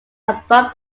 above